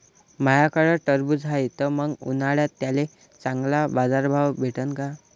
माह्याकडं टरबूज हाये त मंग उन्हाळ्यात त्याले चांगला बाजार भाव भेटन का?